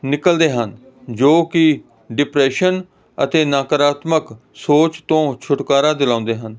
ਨਿਕਲਦੇ ਹਨ ਜੋ ਕਿ ਡਿਪਰੈਸ਼ਨ ਅਤੇ ਨਕਾਰਾਤਮਕ ਸੋਚ ਤੋਂ ਛੁਟਕਾਰਾ ਦਿਲਾਉਂਦੇ ਹਨ